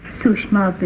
sushma!